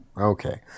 Okay